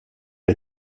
est